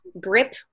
grip